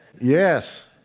Yes